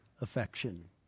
affection